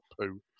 poo